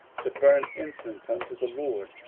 to burn incense unto the lord,